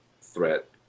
threat